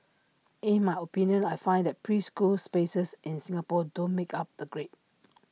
in my opinion I find that preschool spaces in Singapore don't make up the grade